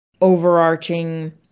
overarching